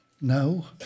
No